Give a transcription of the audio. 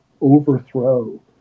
overthrow